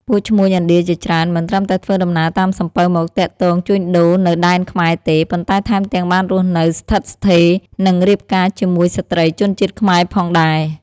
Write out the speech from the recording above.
ពួកឈ្មួញឥណ្ឌាជាច្រើន មិនត្រឹមតែធ្វើដំណើរតាមសំពៅមកទាក់ទងជួញដូរនៅដែនខ្មែទេ ប៉ុន្តែថែមទាំងបានរស់នៅស្ថិតស្ថេរ និងរៀបការជាមួយស្ត្រីជនជាតិខ្មែរផងដែរ។